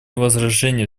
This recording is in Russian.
возражения